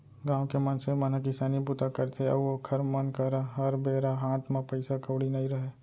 गाँव के मनसे मन ह किसानी बूता करथे अउ ओखर मन करा हर बेरा हात म पइसा कउड़ी नइ रहय